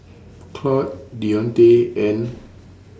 Claudette Deonte and